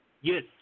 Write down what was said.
Yes